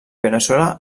veneçuela